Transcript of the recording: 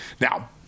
Now